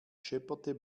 schepperte